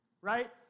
right